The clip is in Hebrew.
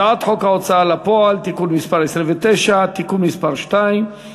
הצעת חוק ההוצאה לפועל (תיקון מס' 29) (תיקון מס' 2),